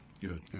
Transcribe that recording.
Good